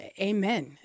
Amen